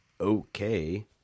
okay